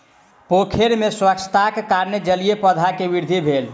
पोखैर में स्वच्छताक कारणेँ जलीय पौधा के वृद्धि भेल